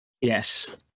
yes